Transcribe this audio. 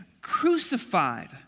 crucified